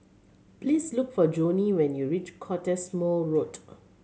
please look for Jonnie when you reach Cottesmore Road